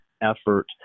effort